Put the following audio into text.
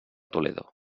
toledo